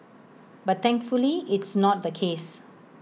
but thankfully it's not the case